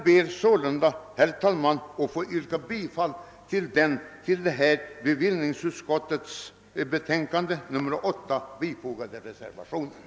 Herr talman! Jag ber att få yrka bifall till båda de vid bevillningsutskottets betänkande nr 8 fogade reservationerna.